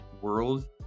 world